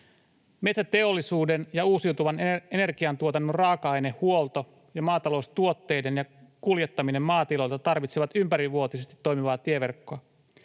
Metsäteollisuuden ja uusiutuvan energiantuotannon raaka-ainehuolto ja maataloustuotteiden kuljettaminen maatiloilta tarvitsevat ympärivuotisesti toimivaa tieverkkoa,